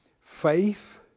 faith